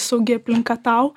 saugi aplinka tau